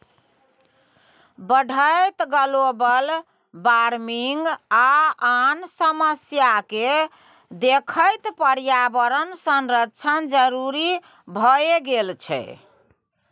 बढ़ैत global warming आ आन समस्या केँ देखैत पर्यावरण संरक्षण जरुरी भए गेल छै